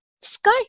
sky